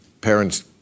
parents